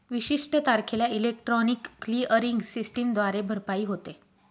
विशिष्ट तारखेला electronic clearing सिस्टमद्वारे भरपाई होते